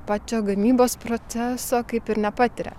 pačio gamybos proceso kaip ir nepatiria